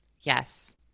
Yes